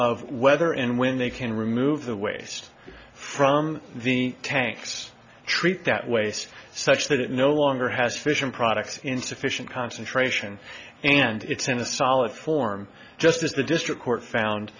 of whether and when they can remove the waste from the tanks treat that waste such that it no longer has fission products in sufficient concentration and it's in a solid form just as the district court found